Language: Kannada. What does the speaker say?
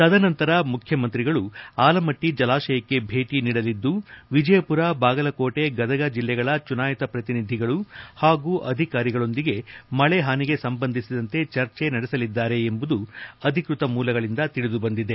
ತದನಂತರ ಮುಖ್ಯಮಂತ್ರಿಗಳು ಆಲಮಟ್ಲಿ ಜಲಾಶಯಕ್ಕೆ ಭೇಟಿ ನೀಡಲಿದ್ದು ವಿಜಯಪುರ ಬಾಗಲಕೋಟೆ ಗದಗ ಜಿಲ್ಲೆಗಳ ಚುನಾಯಿತ ಪ್ರತಿನಿಧಿಗಳು ಹಾಗೂ ಅಧಿಕಾರಿಗಳೊಂದಿಗೆ ಮಳೆ ಹಾನಿಗೆ ಸಂಬಂಧಿಸಿದಂತೆ ಚರ್ಚೆ ನಡೆಸಲಿದ್ದಾರೆ ಎಂಬುದು ಅಧಿಕೃತ ಮೂಲಗಳಿಂದ ತಿಳಿದುಬಂದಿದೆ